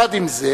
יחד עם זה,